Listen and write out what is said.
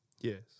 yes